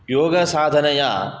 योगसाधनया